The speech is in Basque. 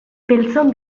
beltzon